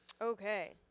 Okay